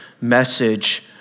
message